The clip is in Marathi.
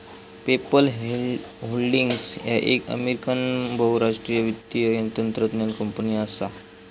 पेपल होल्डिंग्स ह्या एक अमेरिकन बहुराष्ट्रीय वित्तीय तंत्रज्ञान कंपनी असा